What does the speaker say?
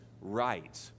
right